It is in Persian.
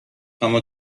اما